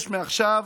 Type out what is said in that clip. יש מעכשיו